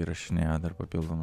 įrašinėjo dar papildomai